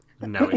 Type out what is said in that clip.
no